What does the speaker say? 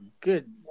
good